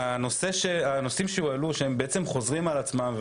הנושאים שהועלו בעצם חוזרים על עצמם,